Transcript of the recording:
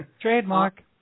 trademark